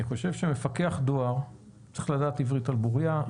אני חושב שמפקח דואר צריך לדעת עברית על בוריה.